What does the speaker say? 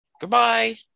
Goodbye